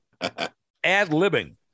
ad-libbing